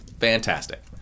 Fantastic